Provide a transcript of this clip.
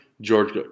George